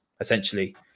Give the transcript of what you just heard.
essentially